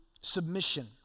submission